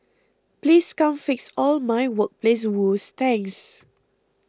please come fix all my workplace woes thanks